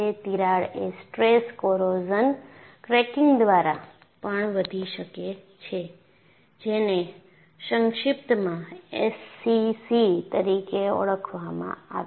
તિરાડ એ stress corrosion cracking દ્વારા પણ વધી શકે છે જેને સંક્ષિપ્તમાં SCC તરીકે ઓળખવામાં આવે છે